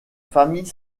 famille